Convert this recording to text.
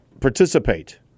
participate